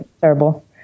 terrible